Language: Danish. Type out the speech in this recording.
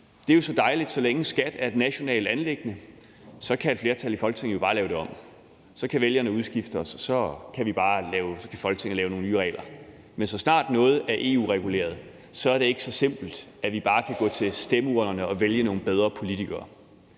det er jo dejligt, så længe skat er et nationalt anliggende, for så kan et flertal i Folketinget jo bare lave det om. Så kan vælgerne udskifte os, og så kan Folketinget bare lave nogle nye regler. Men så snart noget er EU-reguleret, er det ikke så simpelt, at vi bare kan gå til stemmeurnerne og vælge nogle bedre politikere.